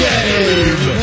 Game